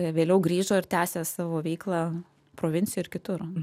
vėliau grįžo ir tęsė savo veiklą provincijoj ir kitur